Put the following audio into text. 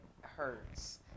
hurts